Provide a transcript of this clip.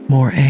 More